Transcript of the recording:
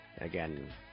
Again